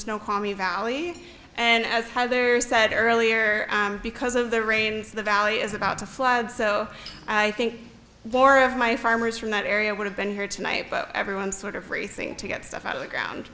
snow call me valley and as heather said earlier because of the rains the valley is about to flood so i think more of my farmers from that area would have been here tonight but everyone sort of racing to get stuff out of the ground